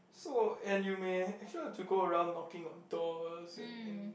so and you may actually have to go around knocking on doors and and